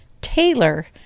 Taylor